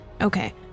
Okay